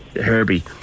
Herbie